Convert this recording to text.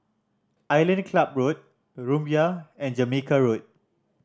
Island Club Road Rumbia and Jamaica Road